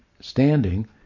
standing